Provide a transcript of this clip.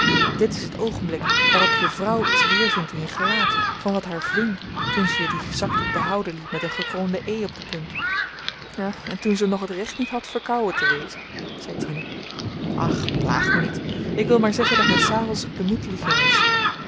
dit is t oogenblik waarop je vrouw iets weervindt in je gelaat van wat haar ving toen ze je dien zakdoek behouden liet met een gekroonde e op de punt en toen ze nog t recht niet had verkouwen te wezen zei tine ach plaag me niet ik wil maar zeggen dat men s avends gemütlicher is